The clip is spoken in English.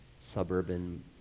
suburban